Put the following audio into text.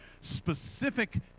specific